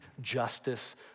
justice